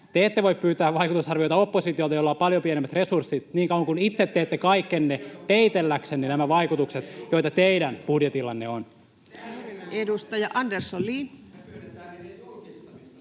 Te ette voi pyytää vaikutusarvioita oppositiolta, jolla on paljon pienemmät resurssit, niin kauan kuin itse teette kaikkenne peitelläksenne nämä vaikutukset, joita teidän budjetillanne on. [Ben Zyskowicz: